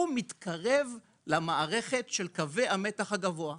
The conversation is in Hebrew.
הוא מתקרב למערכת של קווי המתח הגבוה.